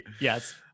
Yes